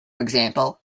example